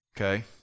Okay